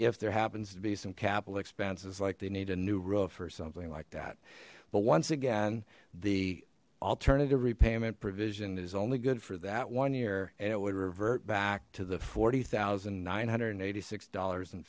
if there happens to be some capital expenses like they need a new roof or something like that but once again the alternative repayment provision is only good for that one year and it would revert back to the forty thousand nine hundred and eighty six dollars and